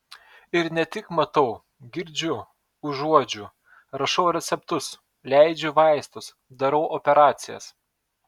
ir ne tik matau girdžiu užuodžiu rašau receptus leidžiu vaistus darau operacijas